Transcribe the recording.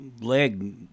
leg